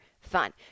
FUN